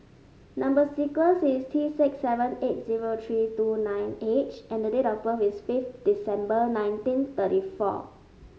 number sequence is T six seven eight zero three two nine H and the date of birth is fifth December nineteen thirty four